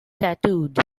tattooed